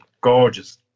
gorgeous